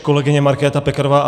Kolegyně Markéta Pekarová